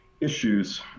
issues